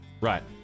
Right